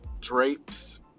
drapes